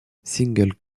singles